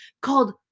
called